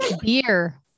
beer